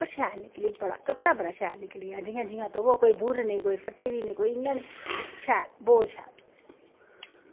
पर शैल निकली कपड़ा बड़ा शैल निकलेआ जि'यां जि'यां धोवो कोई बुरी नेईं कोई फट्टी दी नेईं कोई इ'यां निं शैल बहुत शैल